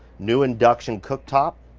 new induction cooktop,